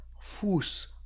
fus